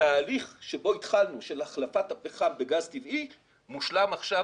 התהליך שבו התחלנו של החלפת הפחם בגז טבעי מושלם עכשיו